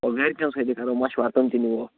گَرِکٮ۪ن سۭتۍ تہِ کَرو مشورٕ تِم تہِ نمہوکھ